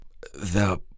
The